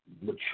mature